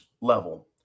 level